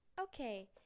okay